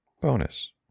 bonus